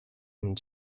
and